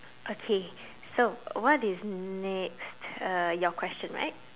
okay so what is next your question right